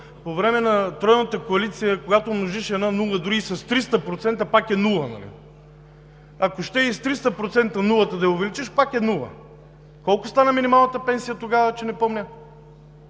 по време на Тройната коалиция, когато умножиш една нула дори и с 300%, пак е нула, нали? Ако ще и с 300% нулата да я увеличиш, пак е нула. Колко стана минималната пенсия тогава, че не помня?